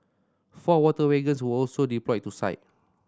four water wagons were also deployed to site